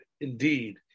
indeed